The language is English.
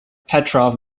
petrov